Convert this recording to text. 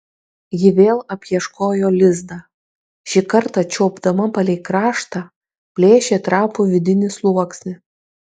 ji vėl apieškojo lizdą šį kartą čiuopdama palei kraštą plėšė trapų vidinį sluoksnį